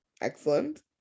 Excellent